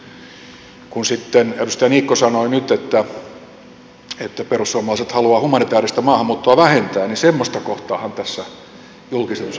kun sitten edustaja niikko sanoi nyt että perussuomalaiset haluaa humanitääristä maahanmuuttoa vähentää niin semmoista kohtaahan tässä julkistetussa tekstissä ei ollut